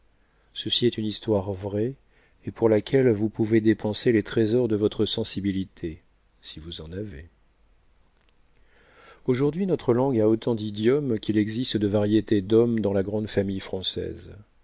ceci est une histoire vraie et pour laquelle vous pouvez dépenser les trésors de votre sensibilité si vous en avez aujourd'hui notre langue a autant d'idiomes qu'il existe de variétés d'hommes dans la grande famille française